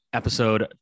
episode